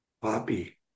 Poppy